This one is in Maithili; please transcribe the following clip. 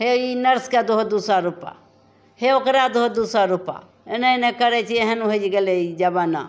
हे ई नर्सके दहो दुइ सओ रुपा हे ओकरा दहो दुइ सओ रुपा एना एना करै छै एहन होइ गेलै ई जमाना